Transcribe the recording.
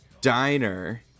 diner